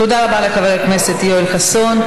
תודה רבה לחבר הכנסת יואל חסון.